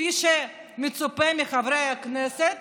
כפי שמצופה מחברי הכנסת